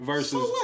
Versus